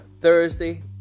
Thursday